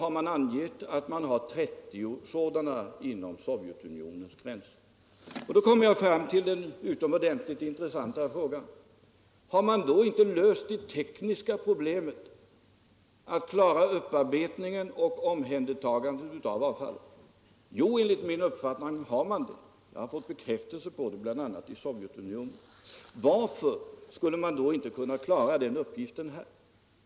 Man har angett att man har 30 sådana inom Sovjetunionens gränser. Då kommer vi fram till den utomordentligt intressanta frågan: Har man då inte löst det tekniska problemet att klara upparbetningen och omhändertagandet av avfall? Enligt min uppfattning har man det. Jag har fått bekräftelse på det. Varför skulle man då inte kunna klara den uppgiften i Sverige?